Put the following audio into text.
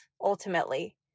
ultimately